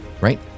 right